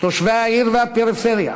תושבי העיר והפריפריה,